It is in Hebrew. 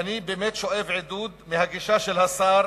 אני שואב עידוד מהגישה של השר